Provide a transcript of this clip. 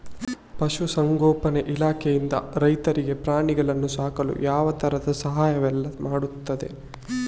ಪಶುಸಂಗೋಪನೆ ಇಲಾಖೆಯಿಂದ ರೈತರಿಗೆ ಪ್ರಾಣಿಗಳನ್ನು ಸಾಕಲು ಯಾವ ತರದ ಸಹಾಯವೆಲ್ಲ ಮಾಡ್ತದೆ?